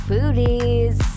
Booties